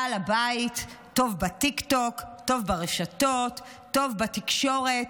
בעל הבית טוב בטיקטוק, טוב ברשתות, טוב בתקשורת.